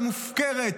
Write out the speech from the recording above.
המופקרת,